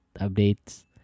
updates